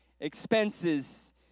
expenses